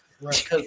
Right